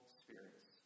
spirits